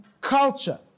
culture